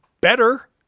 better